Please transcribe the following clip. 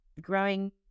growing